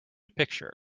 picture